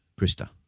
Krista